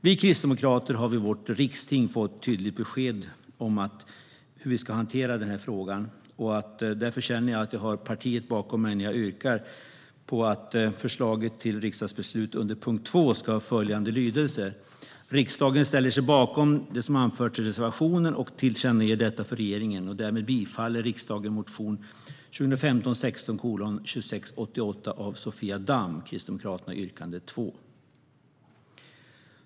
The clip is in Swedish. Vi kristdemokrater har vid vårt riksting fått ett tydligt besked om hur vi ska hantera den här frågan. Därför känner jag att jag har partiet bakom mig när jag yrkar bifall till reservation 1 om att förslaget till riksdagsbeslut under punkt 2 ska ha följande lydelse: "Riksdagen ställer sig bakom det som anförs i reservationen och tillkännager detta för regeringen. Därmed bifaller riksdagen motion 2015/16:2688 av Sofia Damm yrkande 2."